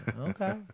Okay